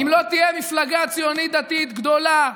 אם לא תהיה מפלגה ציונות דתית גדולה,